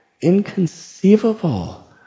inconceivable